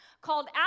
called